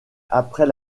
après